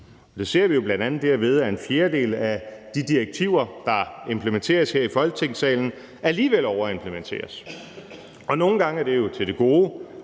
Det ser vi jo bl.a. derved, at en fjerdedel af de direktiver, der implementeres her i Folketingssalen, alligevel overimplementeres, og nogle gange er det jo til det gode,